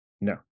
No